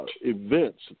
events